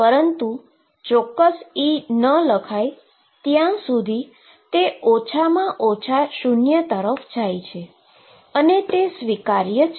પરંતુ ચોક્કસ E ના લખાય ત્યાં સુધી તે ઓછામાં ઓછા શુન્ય તરફ જાય છે અને તે સ્વીકાર્ય છે